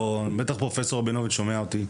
או בטח פרופ' רבינוביץ שומע אותי,